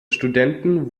studenten